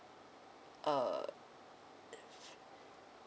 err